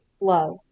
love